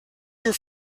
your